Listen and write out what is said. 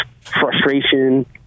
frustration